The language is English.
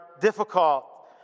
difficult